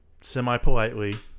semi-politely